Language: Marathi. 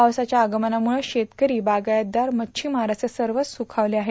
पावसाच्या आगमनामुळं शेतकरी बागायतदार मच्छीमार असे सर्वच सुखावले आहेत